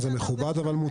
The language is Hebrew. זה מכובד אבל מוטעה.